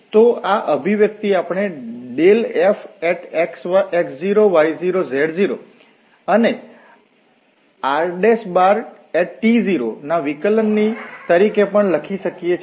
તો આ અભિવ્યક્તિ આપણે ∇fx0y0z0અને rt0 ના વિકલન ની તરિકે પણ લખી શકીએ છીએ